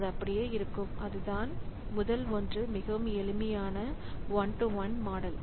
அது அப்படியே இருக்கும் அதுதான் முதல் 1 மிகவும் எளிமையான ஒன் டூ ஒன் மாடல்